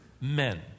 men